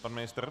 Pan ministr?